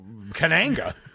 Kananga